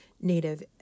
native